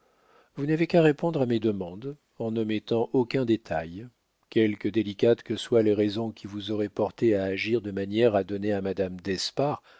vous n'avez qu'à répondre à mes demandes en n'omettant aucun détail quelque délicates que soient les raisons qui vous auraient porté à agir de manière à donner à madame d'espard